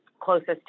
closest